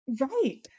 Right